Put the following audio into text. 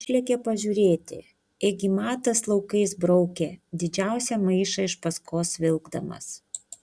išlėkė pažiūrėti ėgi matas laukais braukė didžiausią maišą iš paskos vilkdamas